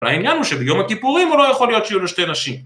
והעניין הוא שביום הכיפורים הוא לא יכול להיות שיהיו לו שתי נשים.